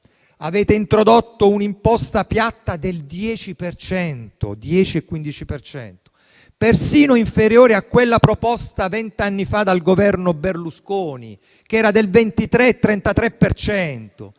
avete introdotto un'imposta piatta del 10 e del 15 per cento, persino inferiore a quella proposta vent'anni fa dal Governo Berlusconi, che era del 23 e 33